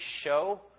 show